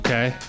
Okay